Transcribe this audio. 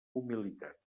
humilitat